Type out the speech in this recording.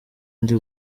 ndi